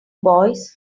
boys